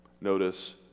notice